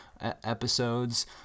episodes